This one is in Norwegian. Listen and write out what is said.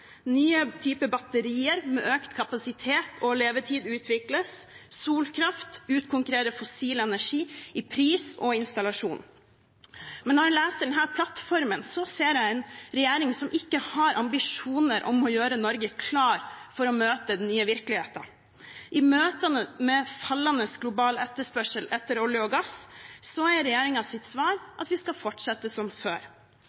nye typer batterier, med økt kapasitet og levetid, utvikles, og solkraft utkonkurrerer fossil energi i pris og installasjon. Når jeg leser denne plattformen, ser jeg en regjering som ikke har ambisjoner om å gjøre Norge klart for å møte den nye virkeligheten. I møte med fallende global etterspørsel etter olje og gass er